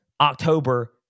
October